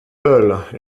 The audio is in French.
peuls